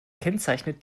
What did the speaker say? kennzeichnet